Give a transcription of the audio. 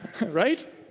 Right